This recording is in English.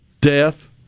death